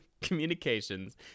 communications